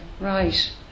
right